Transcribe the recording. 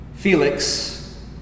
Felix